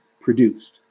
produced